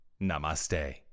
Namaste